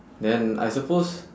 then I suppose